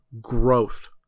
growth